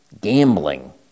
gambling